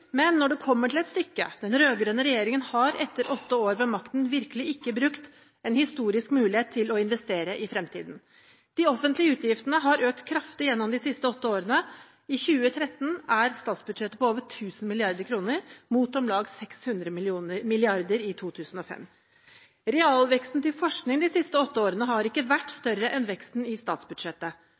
Men, når det kommer til stykket: Den rød-grønne regjeringen har, etter åtte år ved makten, virkelig ikke brukt en historisk mulighet til å investere i fremtiden. De offentlige utgiftene har økt kraftig gjennom de siste åtte årene. I 2013 er statsbudsjettet på over 1 000 mrd. kr, mot om lag 600 mrd. kr i 2005. Realveksten til forskning de siste åtte årene har ikke vært større enn veksten i statsbudsjettet.